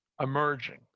emerging